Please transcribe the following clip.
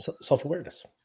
self-awareness